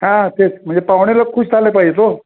हा तेच म्हणजे पाहुणे लोक खूश झाले पाहिजेत ओ